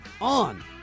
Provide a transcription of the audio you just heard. on